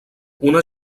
una